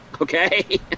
Okay